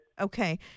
Okay